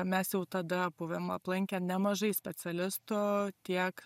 mes jau tada buvom aplankę nemažai specialistų tiek